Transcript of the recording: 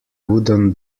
wooden